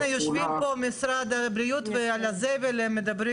והינה, יושבים פה משרד הבריאות, ומדברים